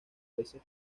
veces